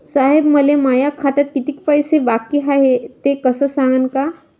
साहेब, मले माया खात्यात कितीक पैसे बाकी हाय, ते सांगान का?